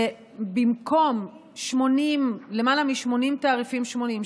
במקום למעלה מ-80 תעריפים שונים,